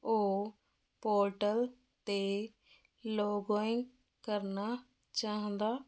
ਓ portal 'ਤੇ login ਕਰਨਾ ਚਾਹੁੰਦਾ